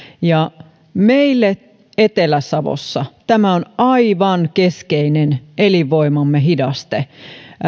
ja meille etelä savossa tämä on aivan keskeinen elinvoimamme hidaste